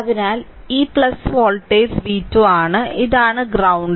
അതിനാൽ ഇത് ഈ വോൾട്ടേജ് v2 ആണ് ഇതാണ് ഗ്രൌണ്ട്